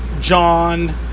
John